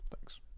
Thanks